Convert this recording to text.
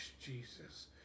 Jesus